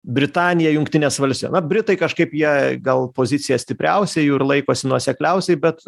britanija jungtinės vals na britai kažkaip jie gal pozicija stipriausia jų ir laikosi nuosekliausiai bet